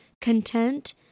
content